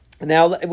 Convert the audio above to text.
Now